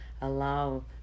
allow